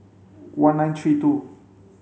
one nine three two